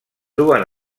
duen